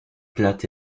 plate